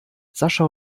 sascha